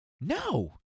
No